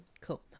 cool